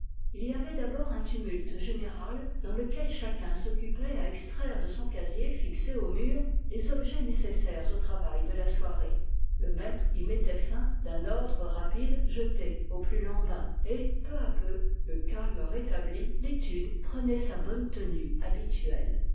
il y avait d'abord un tumulte général dans lequel chacun s'occupait à extraire de son casier fixé au mur les objets nécessaires au travail de la soirée le maître y mettait fin d'un ordre rapide jeté aux plus lambins et peu à peu le calme rétabli l'étude prenait sa bonne tenue habituelle